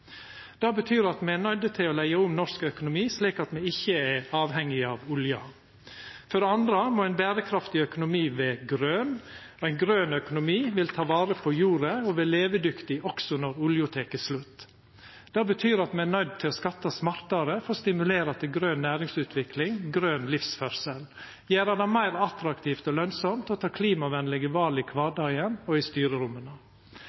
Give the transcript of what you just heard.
Det betyr at me er nøydde til å leggja om norsk økonomi slik at me ikkje er avhengige av olja. For det andre må ein berekraftig økonomi vera grøn. Ein grøn økonomi vil ta vare på jorda og vera levedyktig også når olja tek slutt. Det betyr at me er nøydde til å skatta smartare for å stimulera til grøn næringsutvikling, grøn livsførsel og gjera det meir attraktivt og lønsamt å ta klimavennlege val i